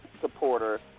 supporter